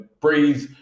breathe